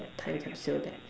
that time capsule that